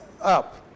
up